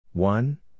One